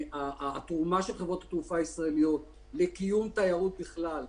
התרומה של חברות התעופה הישראליות לקיום תיירות בכלל,